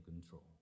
control